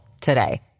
today